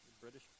British